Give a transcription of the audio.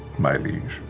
my liege.